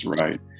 right